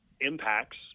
impacts